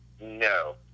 No